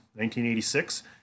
1986